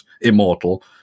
immortal